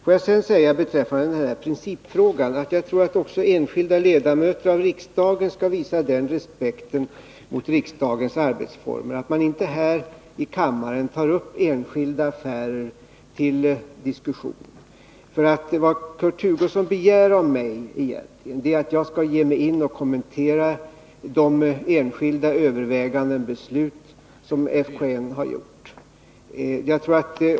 Låt mig sedan säga beträffande principfrågan att jag tror att också enskilda ledamöter av riksdagen skall visa den respekten mot riksdagens arbetsformer att de inte här i kammaren tar upp enskilda affärer till diskussion. Vad Kurt Hugosson begär av mig är egentligen att jag skall ge mig in på att kommentera de överväganden som FKN har gjort i enskilda ärenden.